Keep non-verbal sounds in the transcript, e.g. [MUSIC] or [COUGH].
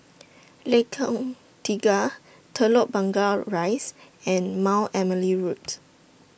Lengkong Tiga Telok [UNINTELLIGIBLE] Rise and Mount Emily Road